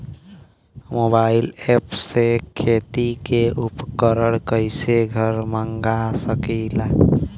Mobile ऐपसे खेती के उपकरण कइसे घर मगा सकीला?